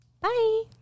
Bye